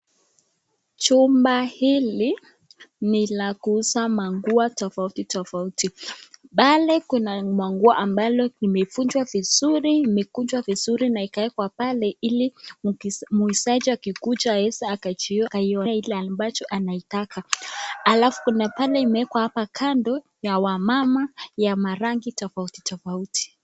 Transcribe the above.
Jumba hili ni la kuuza manguo tofauti tofauti. Bale kuna manguo ambalo limekunjwa vizuri na ikaekwa pale ili muuzaji akikuja aeze akajionea ile ambacho anaitaka. Alafu kuna pale imewekwa hapa kando ya wamama ya marangi tafauti tafauti.